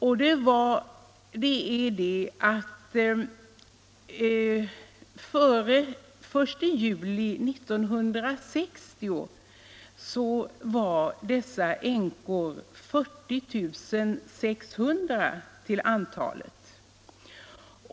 Före den 1 juli 1960 var änkorna 40 600 till antalet.